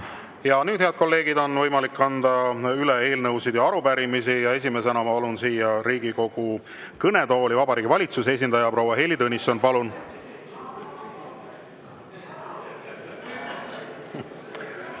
Nüüd, head kolleegid, on võimalik anda üle eelnõusid ja arupärimisi. Esimesena ma palun Riigikogu kõnetooli Vabariigi Valitsuse esindaja proua Heili Tõnissoni. Palun!